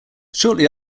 shortly